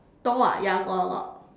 door ah ya got got got